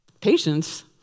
Patience